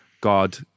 god